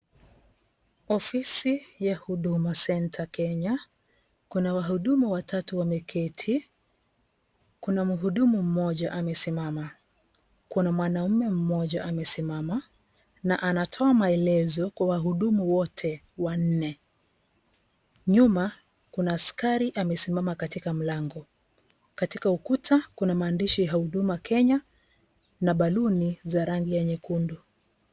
Ofisi ya Huduma Centre Kenya, kuna wahudumu watatu wameketi, kuna mhudumu mmoja amesimama, kuna mwanaume mmoja amesimama, na anatoa maelezo kwa wahudumu wote wanne. Nyuma, kuna askari amesimama katika mlango, katika ukuta kuna maandishi ya Huduma Kenya na balloni za rangi ya nyekundu.